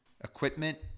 equipment